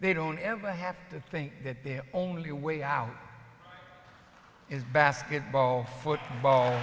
they don't ever have to think that their only way out is basketball football